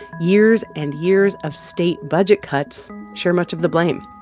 years and years of state budget cuts share much of the blame.